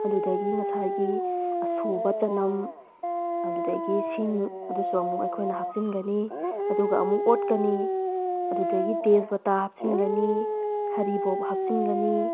ꯑꯗꯨꯗꯒꯤ ꯉꯁꯥꯏꯒꯤ ꯑꯁꯨꯕ ꯆꯅꯝ ꯑꯗꯨꯗꯒꯤ ꯁꯤꯡ ꯑꯗꯨꯁꯨ ꯑꯃꯨꯛ ꯑꯩꯈꯣꯏꯅ ꯍꯥꯞꯆꯤꯟꯒꯅꯤ ꯑꯗꯨꯒ ꯑꯃꯨꯛ ꯑꯣꯠꯀꯅꯤ ꯑꯗꯨꯗꯒꯤ ꯇꯦꯁꯄꯇꯥ ꯍꯥꯞꯆꯟꯒꯅꯤ ꯍꯔꯤꯕꯣꯞ ꯍꯥꯞꯆꯤꯟꯒꯅꯤ